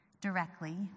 directly